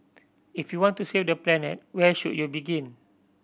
if you want to save the planet where should you begin